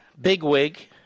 Bigwig